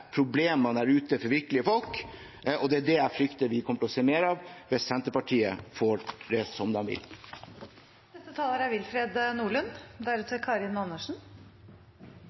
problemene der ute for virkelige folk. Det er det jeg frykter vi kommer til å se mer av hvis Senterpartiet får det som